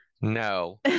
no